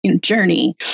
journey